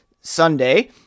Sunday